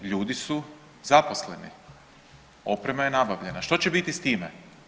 Ljudi su zaposleni, oprema je nabavljena što će biti s time?